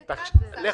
בסדר.